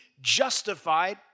Justified